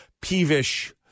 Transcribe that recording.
peevish